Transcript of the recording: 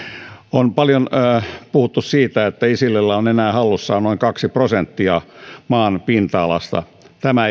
on paljon puhuttu siitä että isilillä on enää hallussaan noin kaksi prosenttia maan pinta alasta tämä